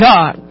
God